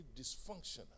dysfunctional